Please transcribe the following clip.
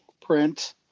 print